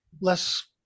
less